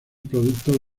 producto